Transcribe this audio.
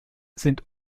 sind